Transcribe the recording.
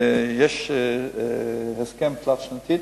בזכותו יש הסכם תלת-שנתי,